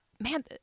man